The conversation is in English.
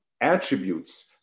attributes